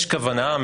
יש כוונה,